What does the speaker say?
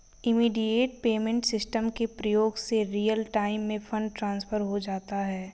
immediate payment system के प्रयोग से रियल टाइम में फंड ट्रांसफर हो जाता है